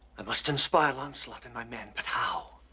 i must inspire lancelot and my men, but how?